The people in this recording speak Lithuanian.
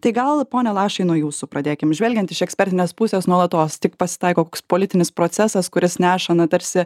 tai gal pone lašai nuo jūsų pradėkim žvelgiant iš ekspertinės pusės nuolatos tik pasitaiko koks politinis procesas kuris neša na tarsi